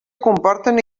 comporten